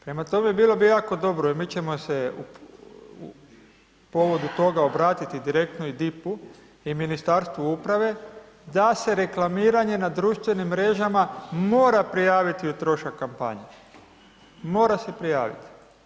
Prema tome bilo bi jako dobro i mi ćemo se u povodu toga obratiti direktno i DIP-u i Ministarstvu uprave da se reklamiranje na društvenim mrežama mora prijaviti u trošak kampanje, mora se prijaviti.